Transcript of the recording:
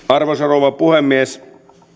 arvoisa rouva puhemies